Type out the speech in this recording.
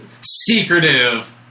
secretive